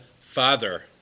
Father